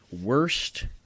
worst